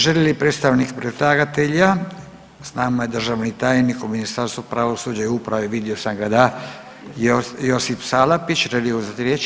Želi li predstavnik predlagatelja, s nama je državni tajnik u Ministarstvu pravosuđa i uprave vidio sam ga da, Josip Salapić želi uzeti riječ.